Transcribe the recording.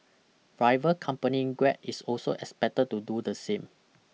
rival company grab is also expected to do the same